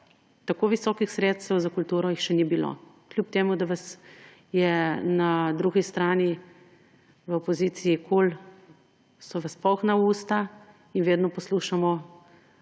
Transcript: Tako visokih sredstev za kulturo še ni bilo, kljub temu da so vas na drugi strani v opoziciji KUL polna usta in vedno poslušamo,